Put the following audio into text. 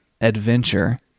adventure